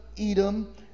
Edom